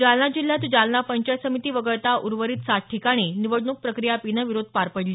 जालना जिल्ह्यात जालना पंचायत समिती वगळता उर्वरित सात ठिकाणी निवडणूक प्रक्रिया बिनविरोध पार पडली